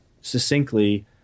succinctly